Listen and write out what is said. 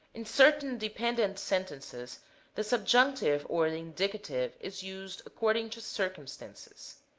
in certain dependent sentences the subjunc tive or the indicative is used according to circum stances.